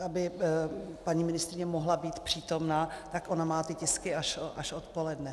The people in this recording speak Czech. Aby paní ministryně mohla být přítomná, tak ona má ty tisky až odpoledne.